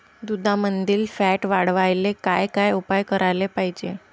दुधामंदील फॅट वाढवायले काय काय उपाय करायले पाहिजे?